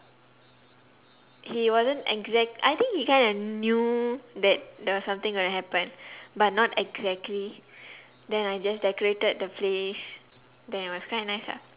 he wasn't exact I think he kind of knew that there was something gonna happen but not exactly then I just decorated the place then it was quite nice lah